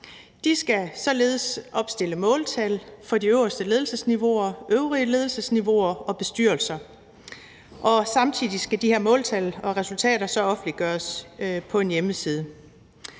De skal således opstille måltal for de øverste ledelsesniveauer, øvrige ledelsesniveauer og bestyrelser, og samtidig skal de her måltal og resultater så offentliggøres på en hjemmeside.